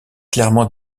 clairement